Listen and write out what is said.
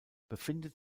befindet